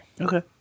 Okay